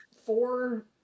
four